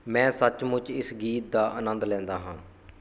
ਮੈਂ ਸੱਚਮੁੱਚ ਇਸ ਗੀਤ ਦਾ ਆਨੰਦ ਲੈਂਦਾ ਹਾਂ